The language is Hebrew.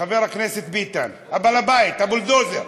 חבר הכנסת ביטן, בעל הבית, הבולדוזר.